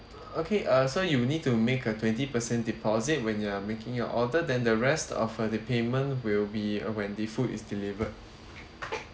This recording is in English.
okay uh so you'll need to make a twenty percent deposit when you're making your order then the rest of uh the payment will be uh when the food is delivered